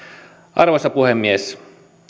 arvoisa puhemies